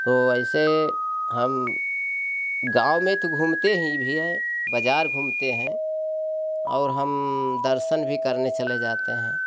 तो ऐसे हम गाँव में तो घूमते ही भी है बाजार घूमते हैं और हम दर्सन भी करने चले जाते हैं